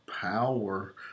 power